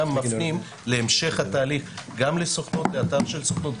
מפנים להמשך התהליך גם לאתר של הסוכנות,